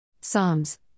Psalms